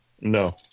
No